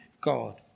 God